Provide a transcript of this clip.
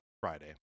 Friday